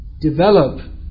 develop